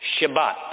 Shabbat